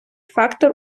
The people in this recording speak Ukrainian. фактор